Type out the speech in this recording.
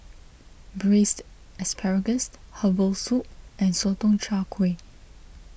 Braised Asparagus Herbal Soup and Sotong Char Kway